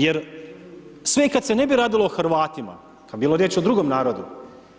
Jer sve i kad se ne bi radilo o Hrvatima, kad bi bilo riječ o drugom narodu,